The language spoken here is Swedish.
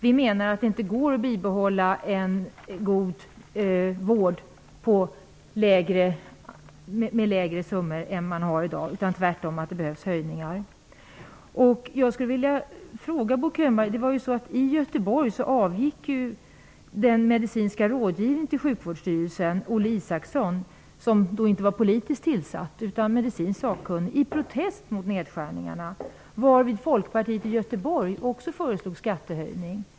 Vi menar att det inte går att bibehålla en god vård med lägre summor än man har i dag. Tvärtom behövs det höjningar. I Göteborg avgick ju Sjukvårdsstyrelsens medicinske rådgivare, Olle Isaksson -- denne var inte politiskt tillsatt utan var medicinskt sakkunnig -- i protest mot nedskärningarna, varvid Folkpartiet i Göteborg också föreslog en skattehöjning.